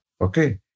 okay